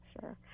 sure